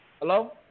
Hello